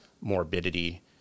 morbidity